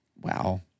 Wow